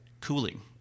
cooling